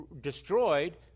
destroyed